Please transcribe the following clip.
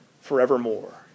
forevermore